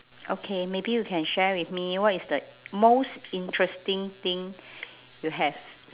okay maybe you can share with me what is the most interesting thing you have